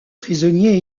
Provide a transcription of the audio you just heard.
prisonniers